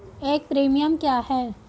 एक प्रीमियम क्या है?